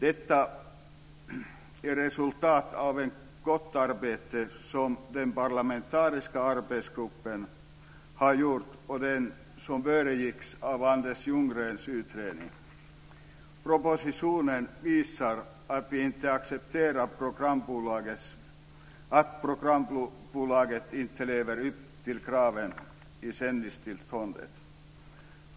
Detta är resultatet av ett gott arbete som den parlamentariska arbetsgruppen har gjort och som föregicks av Anders Ljunggrens utredning. Propositionen visar att vi inte accepterar att programbolagen inte lever upp till kraven i sändningstillstånden.